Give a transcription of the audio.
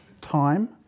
Time